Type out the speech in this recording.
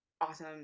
awesome